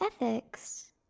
ethics